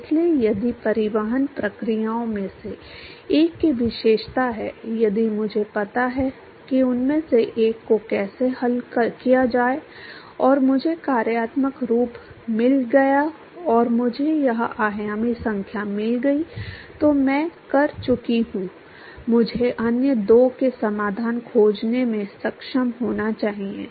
इसलिए यदि परिवहन प्रक्रियाओं में से एक की विशेषता है यदि मुझे पता है कि उनमें से एक को कैसे हल किया जाए और मुझे कार्यात्मक रूप मिल गया और मुझे यह आयामी संख्या मिल गई तो मैं कर चुका हूं मुझे अन्य दो के समाधान खोजने में सक्षम होना चाहिए